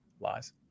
lies